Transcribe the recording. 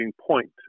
point